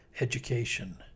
education